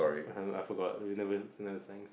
I forgot we never